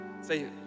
say